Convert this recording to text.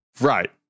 Right